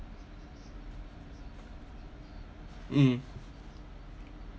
mm